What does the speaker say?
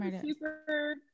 super